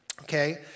Okay